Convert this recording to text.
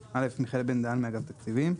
מיכאל בן דהן מאגף תקציבים.